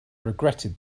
regretted